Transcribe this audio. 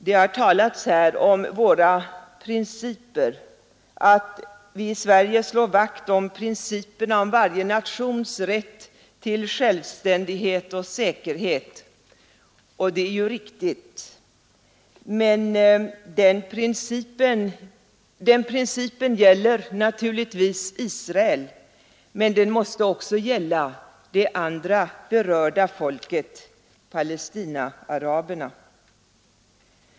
Det har här talats om våra principer — det har sagts att vi i Sverige slår vakt om principerna om varje nations rätt till självständighet och säkerhet. Det är ju riktigt. Den principen gäller naturligtvis israelerna, men den måste också gälla det andra berörda folket, Palestinaaraberna.